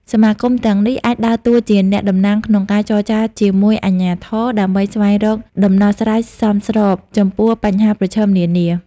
សមាគមទាំងនេះអាចដើរតួជាអ្នកតំណាងក្នុងការចរចាជាមួយអាជ្ញាធរ ដើម្បីស្វែងរកដំណោះស្រាយសមស្របចំពោះបញ្ហាប្រឈមនានា ។